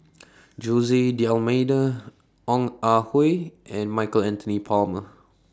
Jose D'almeida Ong Ah Hoi and Michael Anthony Palmer